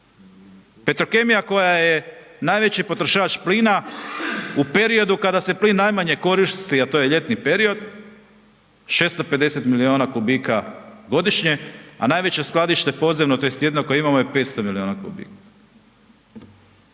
Petrokemija koja je najveći potrošač plina u periodu kada se plin najmanje koristi, a to je ljetni period, 650 milijuna kubika godišnje, a najveće skladište podzemno, tj. jedino koje imamo je 500 milijuna kubika.